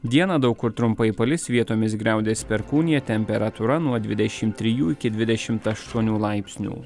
dieną daug kur trumpai palis vietomis griaudės perkūnija temperatūra nuo tvidešimt trijų iki dvidešimt aštuonių laipsnių